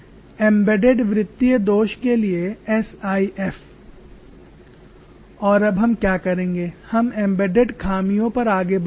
embedded वृत्तीय दोष के लिए एसआईएफ और अब हम क्या करेंगे हम एम्बेडेड खामियों पर आगे बढ़ेंगे